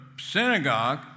synagogue